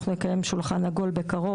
אנחנו נקיים שולחן עגול בקרוב,